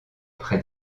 près